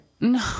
No